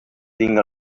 tinc